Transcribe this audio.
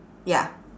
ya